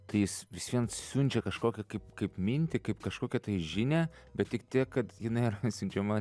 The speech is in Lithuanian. tai jis vis vien siunčia kažkokią kaip kaip mintį kaip kažkokią žinią bet tik tiek kad jinai yra siunčiama